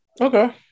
Okay